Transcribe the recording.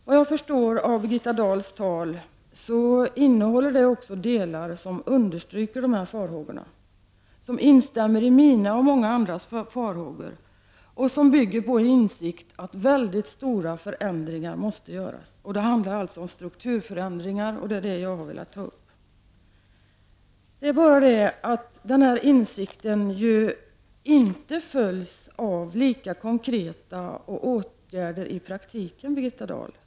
Vad jag förstår av Birgitta Dahls tal, innehåller det också delar som understryker de här farhågorna, som instämmer i mina och många andras farhågor och som bygger på en insikt att väldigt stora förändringar måste göras. Det handlar alltså om strukturförändringar, och det är det jag har velat ta upp. Det är bara det att denna insikt inte följs av lika konkreta åtgärder i praktiken, Birgitta Dahl.